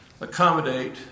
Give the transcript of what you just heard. accommodate